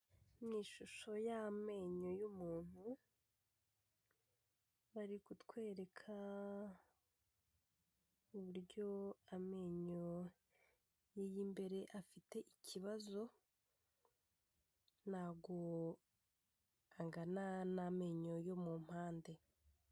Ni ishusho y'amenyo y'umuntu, bari kutwereka uburyo amenyo ye y'imbere afite ikibazo nta go angana n'amenyo yo mu mpande.